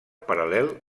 paral·lel